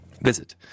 Visit